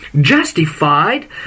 justified